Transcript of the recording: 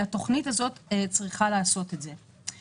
התכנית הזאת צריכה לעשות את זה.